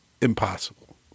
impossible